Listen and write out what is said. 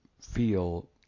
feel